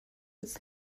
its